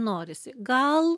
norisi gal